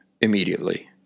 immediately